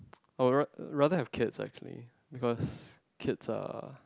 I would ra~ rather have cats actually because kids are